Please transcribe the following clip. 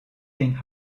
king